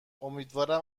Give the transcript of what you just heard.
امیدوارم